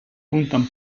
пунктам